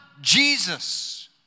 Jesus